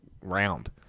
round